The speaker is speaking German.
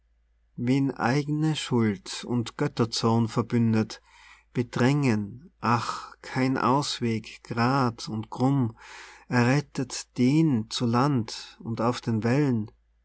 wen eigene schuld und götterzorn verbündet bedrängen ach kein ausweg grad und krumm errettet den zu land und auf den wellen